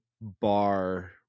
bar